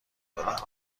دادند